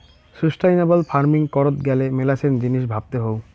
sustainable farming করত গ্যালে মেলাছেন জিনিস ভাবতে হউ